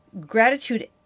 Gratitude